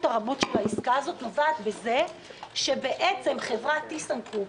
הרבה של העסקה הזאת נובעת מכך שבעצם חברת טיסנקרופ,